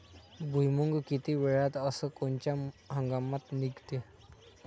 भुईमुंग किती वेळात अस कोनच्या हंगामात निगते?